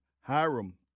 Hiram